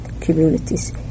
communities